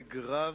ועונג רב,